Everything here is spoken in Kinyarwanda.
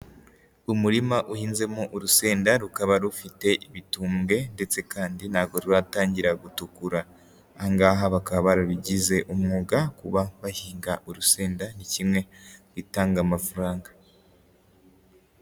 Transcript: Umurima uhinzemo urusenda rukaba rufite ibitumbwe ndetse kandi ntabwo ruratangira gutukura, aha ngaha bakaba barabigize umwuga kuba bahinga urusenda, ni kimwe mu bitanga amafaranga.